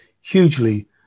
hugely